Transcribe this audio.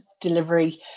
delivery